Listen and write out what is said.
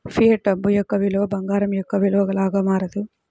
fiat డబ్బు యొక్క విలువ బంగారం యొక్క విలువ లాగా మారదు